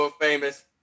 famous